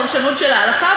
בפרשנות של ההלכה,